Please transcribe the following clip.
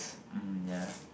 mmhmm ya